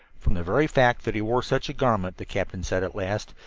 from the very fact that he wore such a garment, the captain said at last,